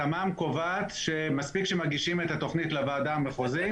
התמ"מ קובעת שמספיק שמגישים את התוכנית לוועדה המחוזית,